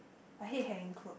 I hate hanging cloth